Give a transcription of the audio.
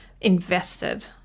invested